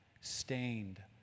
stained